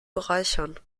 bereichern